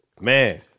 Man